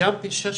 כשסיימתי